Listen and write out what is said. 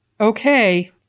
okay